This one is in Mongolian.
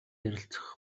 ярилцах